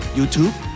YouTube